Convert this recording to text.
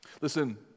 Listen